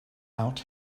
out